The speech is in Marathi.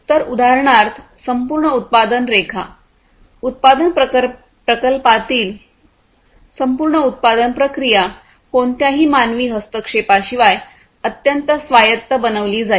तर उदाहरणार्थ संपूर्ण उत्पादन रेखा उत्पादन प्रकल्पातील संपूर्ण उत्पादन प्रक्रिया कोणत्याही मानवी हस्तक्षेपाशिवाय अत्यंत स्वायत्त बनविली जाईल